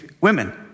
Women